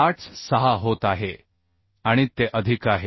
86 होत आहे आणि ते अधिक आहे